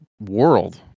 World